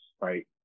right